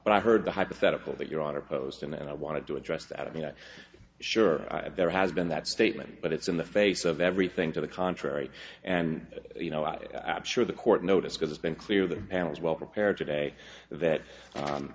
but i heard the hypothetical that your honor posed and i wanted to address that i mean i'm sure there has been that statement but it's in the face of everything to the contrary and you know i absolute the court notice because it's been clear the panel is well prepared today that